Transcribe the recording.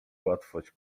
łatwość